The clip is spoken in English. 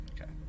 Okay